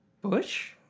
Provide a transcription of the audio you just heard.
Bush